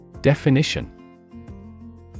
Definition